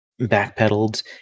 backpedaled